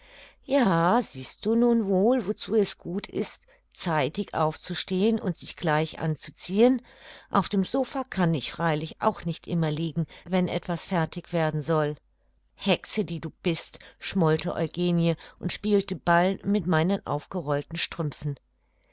ja siehst du nun wohl wozu es gut ist zeitig aufzustehen und sich gleich anzuziehen auf dem sopha kann ich freilich auch nicht immer liegen wenn etwas fertig werden soll hexe die du bist schmollte eugenie und spielte ball mit meinen aufgerollten strümpfen